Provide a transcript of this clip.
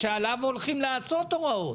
שעליו הולכים לעשות הוראות.